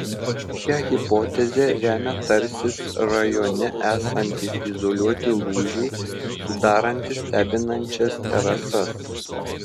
šią hipotezę remia tarsis rajone esantys izoliuoti lūžiai sudarantys stebinančias terasas